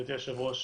גברתי היושבת-ראש,